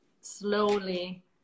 slowly